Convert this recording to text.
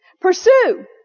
Pursue